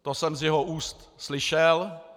To jsem z jeho úst slyšel.